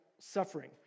suffering